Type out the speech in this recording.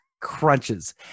crunches